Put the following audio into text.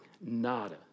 Nada